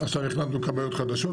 עכשיו הכנסנו כבאיות חדשות,